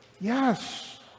Yes